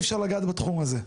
אי אפשר לגעת בתחום הזה,